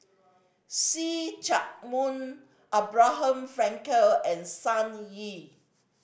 See Chak Mun Abraham Frankel and Sun Yee